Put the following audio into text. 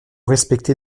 respecter